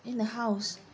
in the house